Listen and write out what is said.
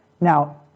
Now